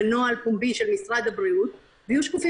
בין משרד הבריאות לבין שירות הביטחון